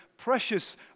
precious